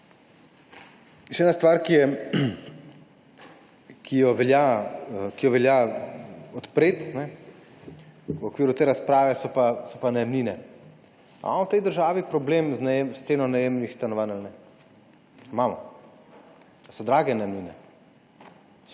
Še ena stvar, ki jo velja odpreti v okviru te razprave, so najemnine. Imamo v tej državi problem s ceno najemnih stanovanj ali ne? Imamo. Ali so najemnine